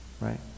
right